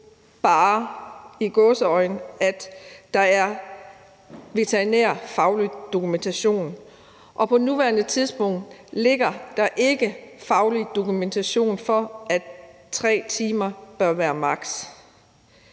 bare – i gåseøjne – at der er veterinærfaglig dokumentation, og på nuværende tidspunkt ligger der ikke faglig dokumentation for, at 3 timer bør være maks.